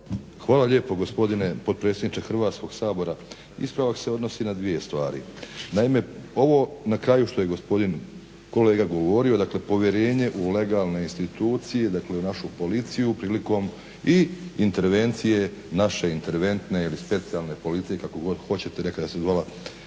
Hvala lijepo, gospodine potpredsjedniče Hrvatskoga sabora. Ispravak se odnosi na dvije stvari. Naime, ovo na kraju što je gospodin kolega govorio, dakle povjerenje u legalne institucije dakle u našu policiju prilikom i intervencije naše Interventne ili Specijalne policije, kako god hoćete. Nekada se zvala